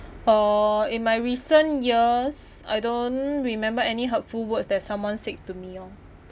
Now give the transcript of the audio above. uh in my recent years I don't remember any hurtful words that someone said to me orh